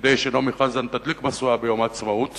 כדי שנעמי חזן תדליק משואה ביום העצמאות